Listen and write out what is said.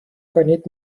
کنید